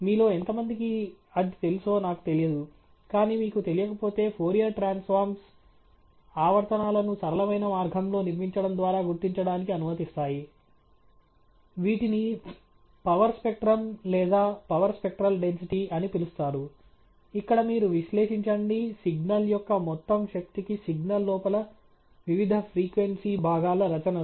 మీలో ఎంతమందికి అది తెలుసో నాకు తెలియదు కానీ మీకు తెలియకపోతే ఫోరియర్ ట్రాన్స్ఫార్మ్స్ ఆవర్తనాలను సరళమైన మార్గంలో నిర్మించడం ద్వారా గుర్తించటానికి అనుమతిస్తాయి వీటిని పవర్ స్పెక్ట్రం లేదా పవర్ స్పెక్ట్రల్ డెన్సిటీ అని పిలుస్తారు ఇక్కడ మీరు విశ్లేషించండి సిగ్నల్ యొక్క మొత్తం శక్తికి సిగ్నల్ లోపల వివిధ ఫ్రీక్వెన్సీ భాగాల రచనలు